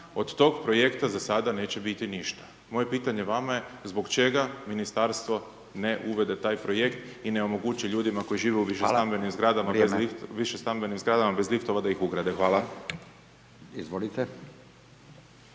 od tog projekta za sada neće biti ništa. Moje pitanje vama je zbog čega ministarstvo ne uvede taj projekt i ne omogući ljudima koji žive u…/Upadica: Hvala/… višestambenim zgradama…/Upadica: